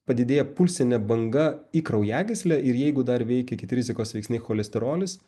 padidėja pulsinė banga į kraujagyslę ir jeigu dar veikia kiti rizikos veiksniai cholesterolis